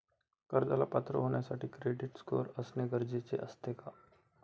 कर्जाला पात्र होण्यासाठी क्रेडिट स्कोअर असणे गरजेचे असते का?